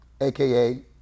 AKA